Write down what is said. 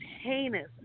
heinous